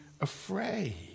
afraid